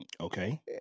okay